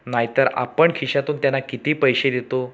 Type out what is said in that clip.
नाहीतर आपण खिशातून त्यांना किती पैसे देतो